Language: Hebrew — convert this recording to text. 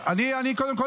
קודם כול,